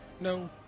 no